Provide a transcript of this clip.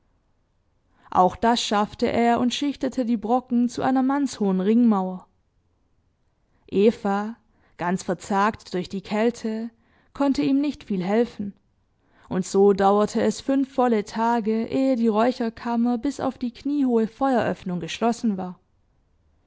auch das schaffte er und schichtete die brocken zu einer mannshohen ringmauer eva ganz verzagt durch die kälte konnte ihm nicht viel helfen und so dauerte es fünf volle tage ehe die räucherkammer bis auf die kniehohe feueröffnung geschlossen war